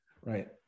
right